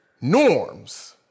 norms